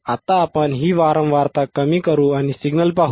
आता आपण ही वारंवारता कमी करू आणि सिग्नल पाहू